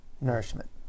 nourishment